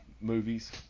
movies